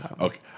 Okay